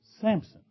Samson